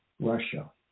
Russia